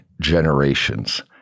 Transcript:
generations